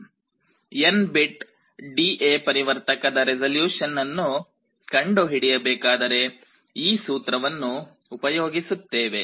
N bit DA ಪರಿವರ್ತಕದ resolution ಅನ್ನು ಕಂಡುಹಿಡಿಯಬೇಕಾದರೆ ಈ ಸೂತ್ರವನ್ನು ಉಪಯೋಗಿಸುತ್ತೇವೆ